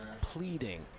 Pleading